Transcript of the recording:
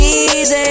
easy